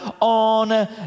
on